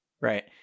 right